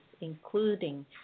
including